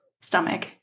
stomach